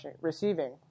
receiving